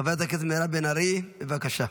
חברת הכנסת מירב בן ארי, בבקשה.